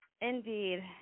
Indeed